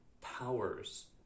powers